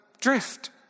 drift